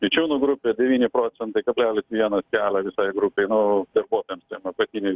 vičiūnų grupė devyni procentai kablelis vienas kelia visai grupei nu darbuotojams ten apatinei